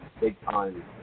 big-time